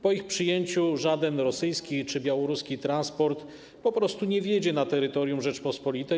Po ich przyjęciu żaden rosyjski czy białoruski transport po prostu nie wjedzie na terytorium Rzeczypospolitej.